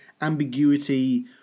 ambiguity